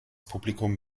publikum